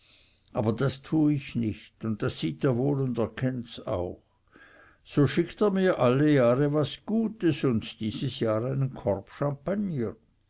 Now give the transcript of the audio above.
aber das tue ich nicht und das sieht er wohl und erkennts auch so schickt er mir alle jahre was gutes und dieses jahr einen korb champagner